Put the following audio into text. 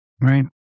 right